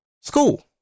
School